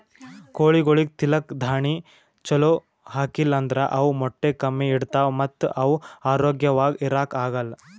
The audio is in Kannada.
ಕೋಳಿಗೊಳಿಗ್ ತಿಲ್ಲಕ್ ದಾಣಿ ಛಲೋ ಹಾಕಿಲ್ ಅಂದ್ರ ಅವ್ ಮೊಟ್ಟೆ ಕಮ್ಮಿ ಇಡ್ತಾವ ಮತ್ತ್ ಅವ್ ಆರೋಗ್ಯವಾಗ್ ಇರಾಕ್ ಆಗಲ್